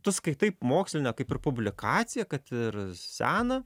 tu skaitai mokslinę kaip ir publikaciją kad ir seną